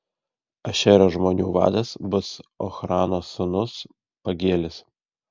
ašero žmonių vadas bus ochrano sūnus pagielis